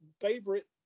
favorite